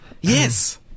Yes